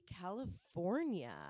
California